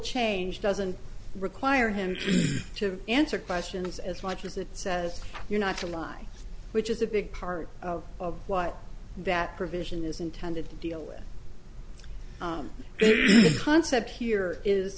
change doesn't require him to answer questions as much as it says you're not to lie which is a big part of what that provision is intended to deal with concept here is